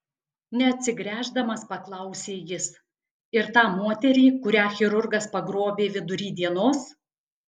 neatsigręždamas paklausė jis ir tą moterį kurią chirurgas pagrobė vidury dienos